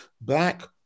black